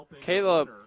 Caleb